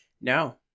No